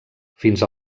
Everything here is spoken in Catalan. fins